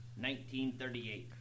1938